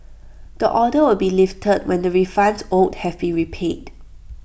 the order will be lifted when the refunds owed have been repaid